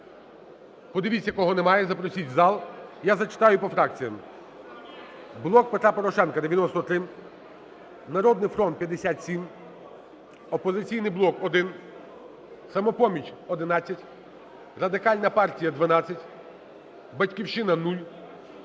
Подивіться, кого немає, і запросіть в зал. Я зачитаю по фракціям. "Блок Петра Порошенка" – 93, "Народний фронт" – 57, "Опозиційний блок" – 1, "Самопоміч" – 11, Радикальна партія – 12, "Батьківщина" –